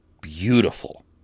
beautiful